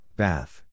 bath